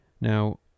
Now